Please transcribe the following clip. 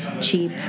cheap